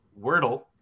Wordle